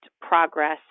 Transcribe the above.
progress